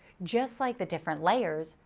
just like the different layers,